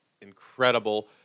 incredible